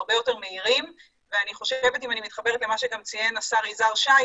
הרבה יותר מהירים ואם אני מתחברת למה שגם ציין השר יזהר שי,